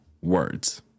words